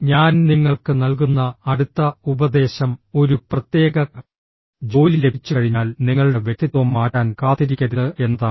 ഞാൻ നിങ്ങൾക്ക് നൽകുന്ന അടുത്ത ഉപദേശം ഒരു പ്രത്യേക ജോലി ലഭിച്ചുകഴിഞ്ഞാൽ നിങ്ങളുടെ വ്യക്തിത്വം മാറ്റാൻ കാത്തിരിക്കരുത് എന്നതാണ്